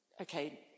okay